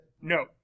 No